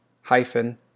hyphen